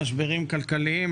משברים כלכליים,